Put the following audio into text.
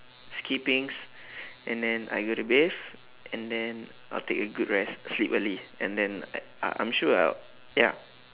skippings and then I go to bathe and then I'll take a good rest sleep early and then I I'm sure I'll ya